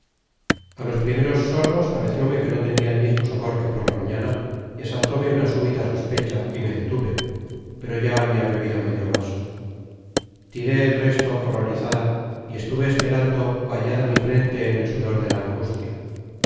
sorbos parecióme que no tenia el mismo sabor que por la mañana y asaltóme una súbita sospecha y me detuve pero ya habia bebido medio vaso tiré el resto horrorizada y estuve esperando bañada mi frente en el sudor de la angustia